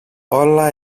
όλα